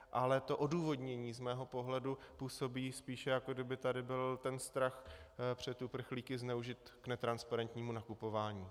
Ale to odůvodnění působí spíše, jako kdyby tady byl ten strach před uprchlíky zneužit k netransparentnímu nakupování.